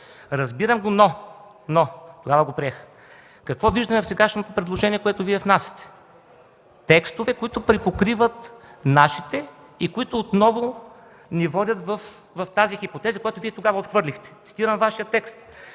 Разбирам го, тогава го приех, но какво виждаме в сегашното предложение, което Вие внасяте? Текстове, които припокриват нашите и отново ни водят в хипотезата, която тогава Вие отхвърлихте. Цитирам Вашия текст: